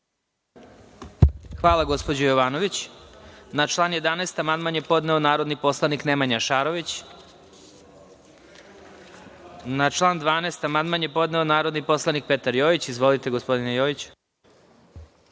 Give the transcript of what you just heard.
Hvala gospođo Jovanović. Na član 11. amandman je podneo narodni poslanik Nemanja Šarović. Na član 12. amandman je podneo narodni poslanik Petar Jojić. Izvolite. **Petar Jojić**